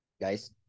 Guys